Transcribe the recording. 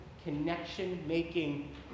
connection-making